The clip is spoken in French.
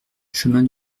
chemin